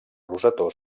rosetó